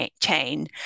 chain